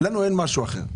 לנו אין משהו אחר.